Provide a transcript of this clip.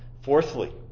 Fourthly